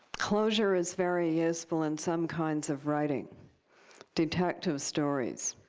closure is very useful in some kinds of writing detective stories.